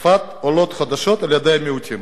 חטיפת עולות חדשות על-ידי מיעוטים.